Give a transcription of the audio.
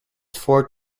four